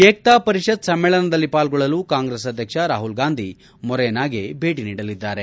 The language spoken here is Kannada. ಏಕ್ತಾ ಪರಿಷತ್ ಸಮ್ಮೇಳನದಲ್ಲಿ ಪಾಲ್ಗೊಳ್ಳಲು ಕಾಂಗ್ರೆಸ್ ಅಧ್ಯಕ್ಷ ರಾಹುಲ್ ಗಾಂಧಿ ಮೊರೇನಾಗೆ ಭೇಟಿ ನೀಡಲಿದ್ದಾರೆ